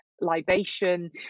libation